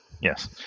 Yes